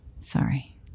sorry